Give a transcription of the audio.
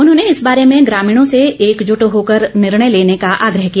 उन्होंने इस बारे में ग्रामीणों से एकजुट होकर निर्णय लेने का आग्रह किया